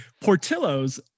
Portillo's